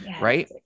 right